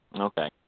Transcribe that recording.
Okay